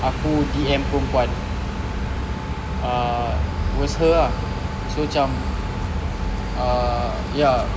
aku D_M perempuan ah was her ah so cam uh ya